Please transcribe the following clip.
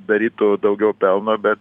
darytų daugiau pelno bet